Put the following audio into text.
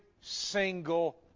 single